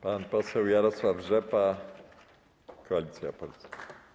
Pan poseł Jarosław Rzepa, Koalicja Polska.